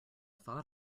thought